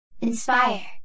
Inspire